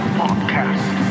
podcast